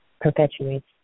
perpetuates